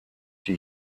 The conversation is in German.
die